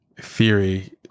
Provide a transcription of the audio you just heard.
theory